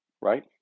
right